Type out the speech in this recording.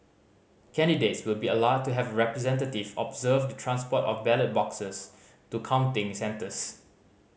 candidates will be allowed to have a representative observe the transport of ballot boxes to counting centres